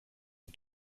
est